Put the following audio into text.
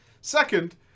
second